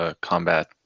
combat